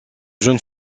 jeune